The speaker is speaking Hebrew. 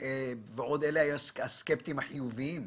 אלה עוד היו הסקפטיים החיוביים.